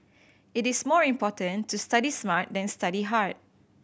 it is more important to study smart than study hard